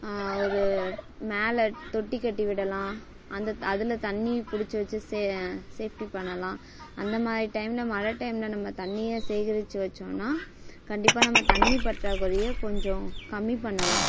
ஒரு மேலே தொட்டிக்கட்டி விடலாம் அந்த அதில் தண்ணி பிடிச்சு வச்சு சே சேஃப்டி பண்ணலாம் அந்த மாதிரி டைம்ல மழை டைம்ல நம்ம தண்ணிய சேகரித்து வச்சோம்னால் கண்டிப்பாக நம்ம தண்ணி பற்றாக்குறையை கொஞ்சம் கம்மி பண்ணலாம்